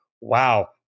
wow